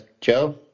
Joe